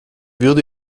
würde